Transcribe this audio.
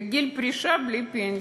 לגיל פרישה בלי פנסיה.